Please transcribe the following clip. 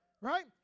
right